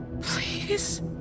Please